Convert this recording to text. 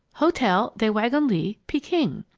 hotel des wagons-lits, peking.